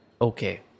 okay